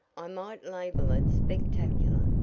i might label it spectacular,